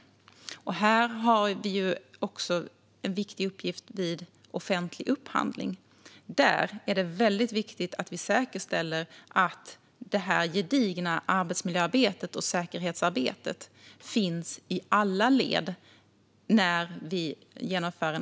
Här har vi en viktig uppgift vid offentlig upphandling, och där är det viktigt att vi säkerställer att det gedigna arbetsmiljöarbetet och säkerhetsarbetet finns i alla led.